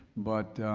but,